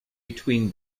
between